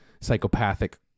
psychopathic